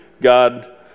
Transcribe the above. God